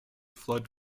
flood